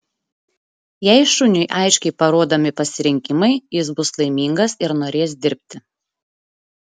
jei šuniui aiškiai parodomi pasirinkimai jis bus laimingas ir norės dirbti